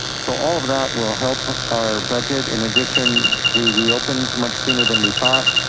so all of that will help our budget. in addition, we reopened much sooner than we thought.